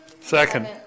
second